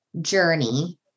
journey